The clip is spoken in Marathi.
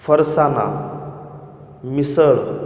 फरसाण मिसळ